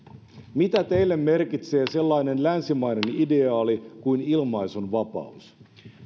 mitä teille merkitsee sellainen länsimainen ideaali kuin ilmaisunvapaus